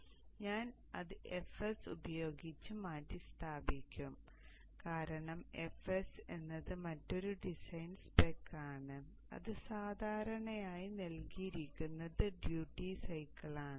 അതിനാൽ ഞാൻ അത് fs ഉപയോഗിച്ച് മാറ്റിസ്ഥാപിക്കും കാരണം fs എന്നത് മറ്റൊരു ഡിസൈൻ സ്പെക് ആണ് അത് സാധാരണയായി നൽകിയിരിക്കുന്നത് ഡ്യൂട്ടി സൈക്കിളാണ്